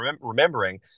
remembering